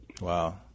Wow